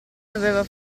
doveva